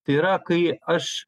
tai yra kai aš